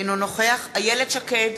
אינו נוכח איילת שקד,